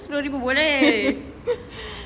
sepuluh ribu okay